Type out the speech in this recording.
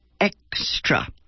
extra